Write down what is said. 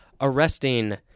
arresting